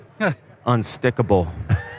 unstickable